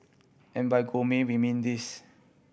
and by gourmet we mean this